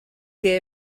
que